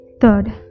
third